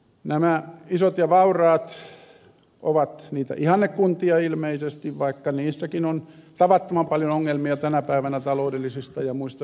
nämä isot ja vauraat ovat niitä ihannekuntia ilmeisesti vaikka niissäkin on tavattoman paljon ongelmia tänä päivänä taloudellisista ja muista syistä